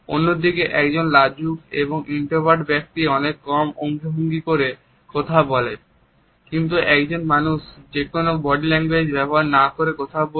অন্যদিকে একজন লাজুক এবং ইন্ট্রোভার্ট ব্যক্তি অনেক কম অঙ্গভঙ্গি ব্যবহার করে কথা বলে